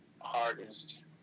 hardest